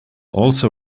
also